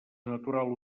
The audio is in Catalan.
natural